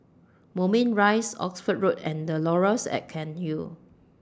Moulmein Rise Oxford Road and The Laurels At Cairnhill